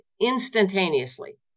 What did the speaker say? instantaneously